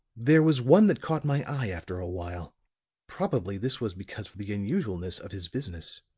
there was one that caught my eye after a while probably this was because of the unusualness of his business.